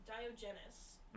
Diogenes